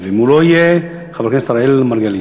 אם הוא לא יהיה, חבר הכנסת אראל מרגלית.